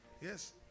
Yes